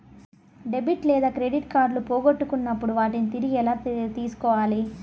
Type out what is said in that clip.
debit లేదా credit కార్డులు పోగొట్టుకున్నప్పుడు వాటిని తిరిగి ఎలా తీసుకోవాలి